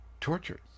torture